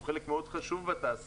שהוא חלק מאוד חשוב בתעשייה,